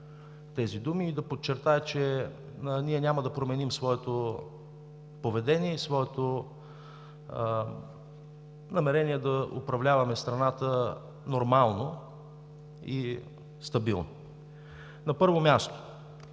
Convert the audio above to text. тези думи, и да подчертая, че ние няма да променим своето поведение и своето намерение да управляваме страната нормално и стабилно. На първо място,